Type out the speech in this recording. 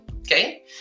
okay